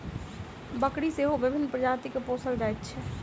बकरी सेहो विभिन्न प्रजातिक पोसल जाइत छै